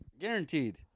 Guaranteed